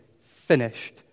finished